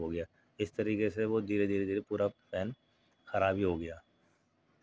اور ڈاکٹرز جو تھوڑے فرضی بھی ہیں ان پہ بھی کام کر سکتے ہیں